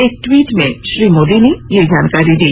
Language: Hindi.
एक ट्वीट में श्री मोदी ने यह जानकारी दी